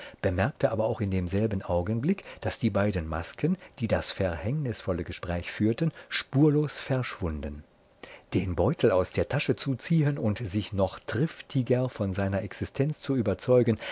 bemerkte aber auch in demselben augenblick daß die beiden masken die das verhängnisvolle gespräch führten spurlos verschwunden den beutel aus der tasche zu ziehen und sich noch triftiger von seiner existenz zu überzeugen